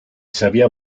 sabía